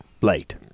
late